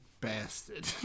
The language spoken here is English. bastard